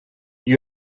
you